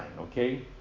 okay